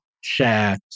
share